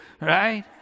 right